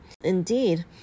Indeed